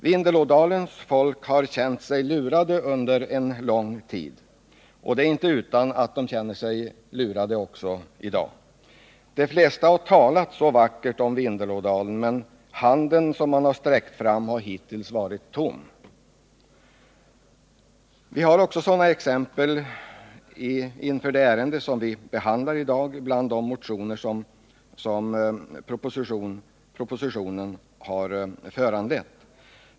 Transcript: Vindelådalens folk har känt sig lurat under en lång tid, och det är inte utan att man känner sig lurad också i dag. De flesta har talat vackert om Vindelådalen, men den hand som sträckts fram har hittills varit tom. Bland de motioner som denna proposition föranlett har vi också exempel på det.